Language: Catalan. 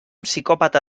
psicòpata